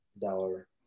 dollar